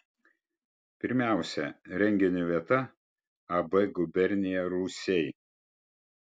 pirmiausia renginio vieta ab gubernija rūsiai